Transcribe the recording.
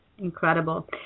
Incredible